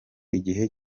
igihe